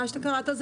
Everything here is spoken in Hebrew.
מה כן?